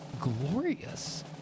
glorious